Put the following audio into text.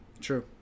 True